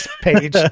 page